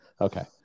okay